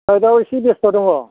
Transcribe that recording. साइदाव एसे बेस्थ' दङ